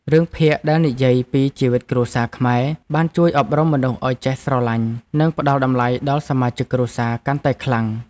រឿងភាគដែលនិយាយពីជីវិតគ្រួសារខ្មែរបានជួយអប់រំមនុស្សឱ្យចេះស្រឡាញ់ និងផ្តល់តម្លៃដល់សមាជិកគ្រួសារកាន់តែខ្លាំង។